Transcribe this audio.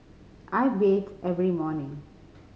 I bathe every morning